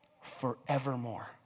forevermore